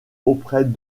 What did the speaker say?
auprès